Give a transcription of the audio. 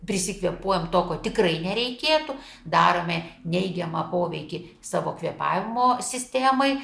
prisikvėpuojam to ko tikrai nereikėtų darome neigiamą poveikį savo kvėpavimo sistemai